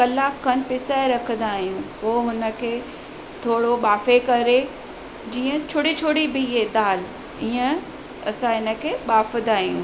कलाकु खनि पिसाए रखंदा आहियूं पोइ हुनखे थोरो बाफ़े करे जीअं छोड़ी छोड़ी बिहे दालि ईअं असां इनखे बाफ़दा आहियूं